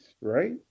right